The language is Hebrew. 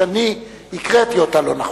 שאני הקראתי אותה לא נכון.